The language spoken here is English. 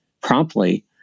promptly